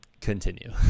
continue